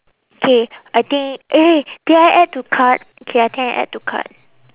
K I think eh eh did I add to cart okay I think I add to cart